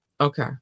Okay